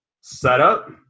setup